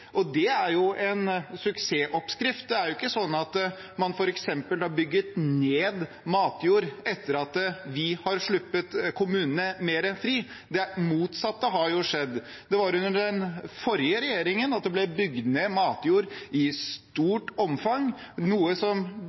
og det er en suksessoppskrift. Det er ikke slik at man f.eks. har bygget ned matjord etter at vi har sluppet kommunene mer fri. Det motsatte har skjedd. Det var under den forrige regjeringen det ble bygget ned matjord i stort omfang, noe